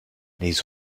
les